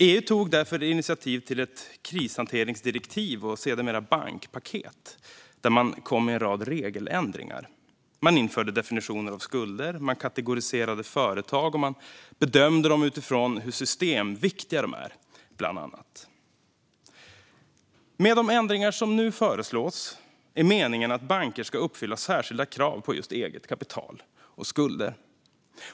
EU tog därför initiativ till ett krishanteringsdirektiv och sedermera bankpaket, där man kom med en rad regeländringar. Man införde definitioner av skulder, man kategoriserade företag och man bedömde dem utifrån hur systemviktiga de är, bland annat. Med de ändringar som nu föreslås är meningen att banker ska uppfylla särskilda krav på just eget kapital och skulder.